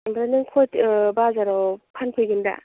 ओमफ्राय नों खयथायाव बाजाराव फानफैगोन ब्रा